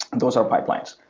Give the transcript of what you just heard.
those are pipelines.